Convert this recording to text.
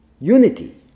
unity